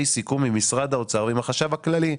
סיכום עם משרד האוצר ועם החשב הכללי.